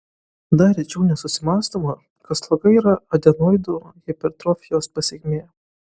dar rečiau nesusimąstoma kad sloga yra adenoidų hipertrofijos pasekmė